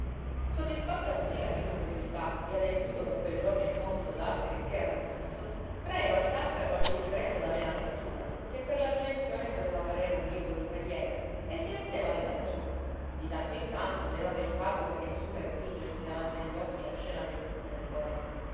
soddisfatta cosí la prima curiosità e adempiuto per quel giorno il cmpito d'arte che si era prefisso traeva di tasca qualche libretto d'amena lettura che per la dimensione poteva parere un libro di preghiere e si metteva a leggere di tanto in tanto levava il capo per riassumere o fingersi davanti agli occhi la scena descritta dal poeta